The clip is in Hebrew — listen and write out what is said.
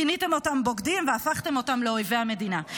כיניתם אותם "בוגדים" והפכתם אותם לאויבי המדינה.